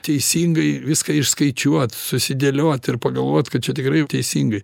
teisingai viską išskaičiuot susidėliot ir pagalvot kad čia tikrai teisingai